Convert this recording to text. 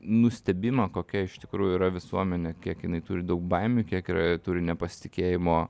nustebimą kokia iš tikrųjų yra visuomenė kiek jinai turi daug baimių kiek yra turi nepasitikėjimo